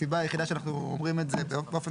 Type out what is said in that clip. הסיבה היחידה שאנחנו אומרים את זה באופן